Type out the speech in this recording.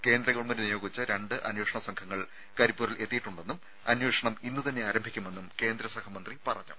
കേന്ദ്ര ഗവൺമെന്റ് നിയോഗിച്ച രണ്ട് അന്വേഷണ സംഘം കരിപ്പൂരിലെത്തിയിട്ടുണ്ടെന്നും അന്വേഷണം ഇന്നുതന്നെ ആരംഭിക്കുമെന്നും കേന്ദ്രസഹമന്ത്രി പറഞ്ഞു